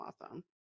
awesome